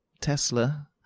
Tesla